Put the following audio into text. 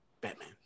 Batman